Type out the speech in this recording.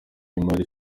imari